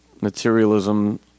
materialism